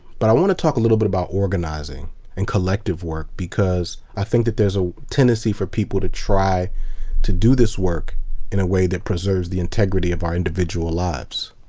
but i want to talk a little bit about organizing and collective work, because i think that there's a tendency for people to try to do this work in a way that preserves the integrity of our individual lives.